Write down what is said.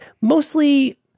mostly